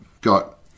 got